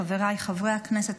חבריי חברי הכנסת,